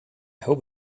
hope